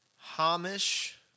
Hamish